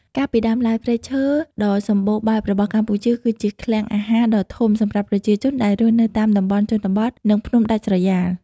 កាលពីដើមឡើយ ព្រៃឈើដ៏សំបូរបែបរបស់កម្ពុជាគឺជា "ឃ្លាំងអាហារ" ដ៏ធំសម្រាប់ប្រជាជនដែលរស់នៅតាមតំបន់ជនបទ និងភ្នំដាច់ស្រយាល។